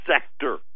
Sector